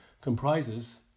comprises